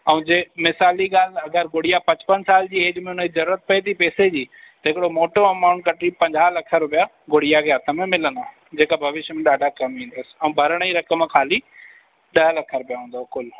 ऐं जे मिसाल जी ॻाल्हि अगरि गुड़िया पचपन साल जी ऐज में उनजी ज़रूरत पए थी पैसे जी त हिकिड़ो मोटो अमाउंट कढी पंजाह लख रुपया गुड़िया खे हथ में मिलंदा जेका भविष्य में ॾाढा कमु ईंदसि ऐं भरण जी रक़म ख़ाली ॾह लख रुपया हूंदव कुलु